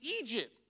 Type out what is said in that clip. Egypt